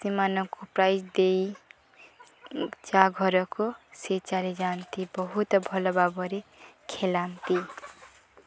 ସେମାନଙ୍କୁ ପ୍ରାଇଜ୍ ଦେଇ ଯାହା ଘରକୁ ସେ ଚାଲିଯାଆନ୍ତି ବହୁତ ଭଲ ଭାବରେ ଖେଳନ୍ତି